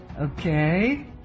Okay